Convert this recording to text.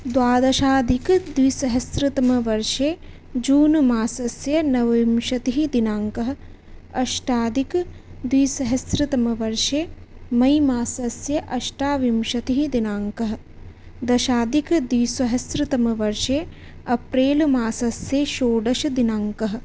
द्वादशाधिकद्विसहस्रतमवर्षे June मासस्य नवविंशतिः दिनाङ्कः अष्टाधिकद्विसहस्रतमवर्षे मे मासस्य अष्टाविंशतिः दिनाङ्कः दशाधिकद्विसहस्रतमवर्षे अप्रेलमासस्य षोडशदिनाङ्कः